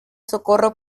socorro